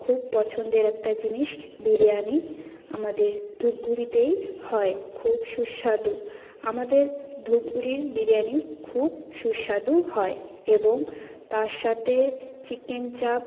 খুব পছন্দের একটা জিনিস বিরিয়ানি আমাদের ধূপগুড়িতেই হয় খুব সুস্বাদু আমাদের ধূপগুড়ির বিরিয়ানি খুব সুস্বাদু হয় এবং তার সাথে চিকেন চাপ